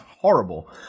horrible